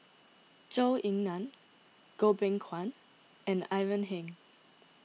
Zhou Ying Nan Goh Beng Kwan and Ivan Heng